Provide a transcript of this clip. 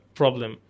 problem